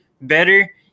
better